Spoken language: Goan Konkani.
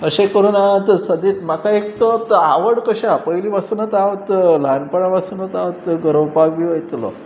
अशें करून हांव तर सदांच म्हाका एक तो आवड कशी आसा पयलीं पसुनूच हांव ल्हानपणा पासुनूच हांव तो गरोवपाक बी वतलो